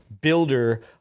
builder